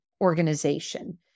organization